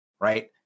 right